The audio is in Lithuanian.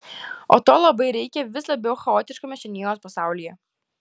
o to labai reikia vis labiau chaotiškame šiandienos pasaulyje